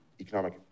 economic